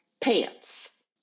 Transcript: pants